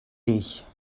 dich